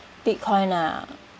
Bitcoin ah